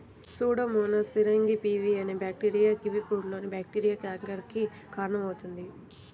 Pseudomonas syringae pv అనే bacteria కివీఫ్రూట్లోని bacteria canker కి కారణమవుతుంది